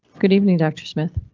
good evening dr smith.